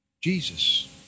Jesus